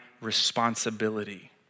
responsibility